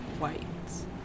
Whites